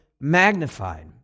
magnified